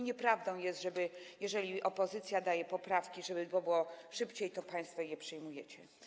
Nieprawdą jest, że jeżeli opozycja składa poprawki, żeby to było szybciej, to państwo je przyjmujecie.